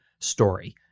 story